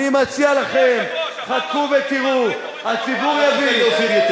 תודה רבה.